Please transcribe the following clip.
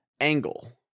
angle